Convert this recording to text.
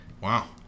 Wow